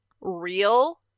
real